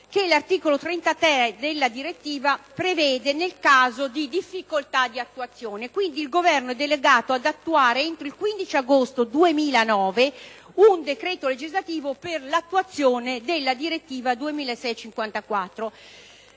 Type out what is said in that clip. che l'articolo 30-*ter* della direttiva prevede nel caso di difficoltà di attuazione. Il Governo è delegato ad attuare, entro il 15 agosto 2009, un decreto legislativo per l'attuazione della direttiva